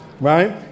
right